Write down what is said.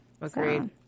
agreed